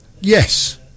Yes